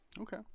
Okay